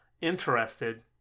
interested